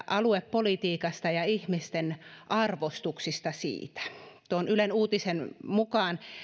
aluepolitiikasta ja ihmisten siihen liittyvistä arvostuksista tuon ylen uutisen mukaan